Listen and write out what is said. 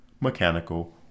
mechanical